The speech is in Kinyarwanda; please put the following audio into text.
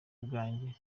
ubwanjye